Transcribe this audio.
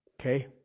Okay